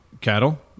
Cattle